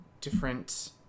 different